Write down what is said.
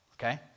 okay